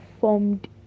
formed